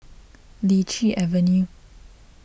Lichi Avenue